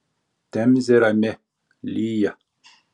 temzė rami lyja